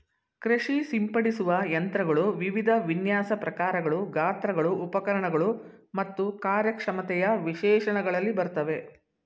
ಕೃಷಿ ಸಿಂಪಡಿಸುವ ಯಂತ್ರಗಳು ವಿವಿಧ ವಿನ್ಯಾಸ ಪ್ರಕಾರಗಳು ಗಾತ್ರಗಳು ಉಪಕರಣಗಳು ಮತ್ತು ಕಾರ್ಯಕ್ಷಮತೆಯ ವಿಶೇಷಣಗಳಲ್ಲಿ ಬರ್ತವೆ